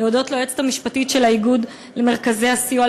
להודות ליועצת המשפטית של איגוד מרכזי הסיוע,